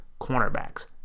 cornerbacks